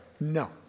No